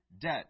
debt